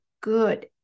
good